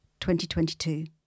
2022